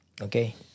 Okay